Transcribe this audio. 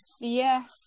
yes